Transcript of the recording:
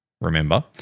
remember